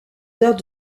heures